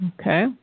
Okay